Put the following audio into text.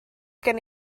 gen